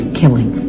killing